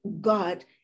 God